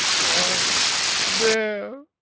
why there,